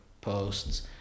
posts